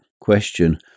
question